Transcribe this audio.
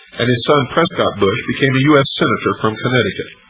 and his son prescott bush became a u s. senator from connecticut,